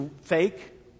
fake